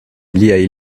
liaj